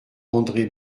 andré